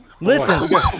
Listen